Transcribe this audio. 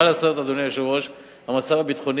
מה לעשות, אדוני היושב-ראש, המצב הביטחוני